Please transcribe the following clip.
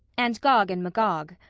and gog and magog.